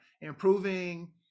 improving